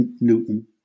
Newton